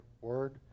word